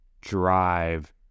drive